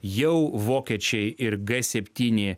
jau vokiečiai ir g septyni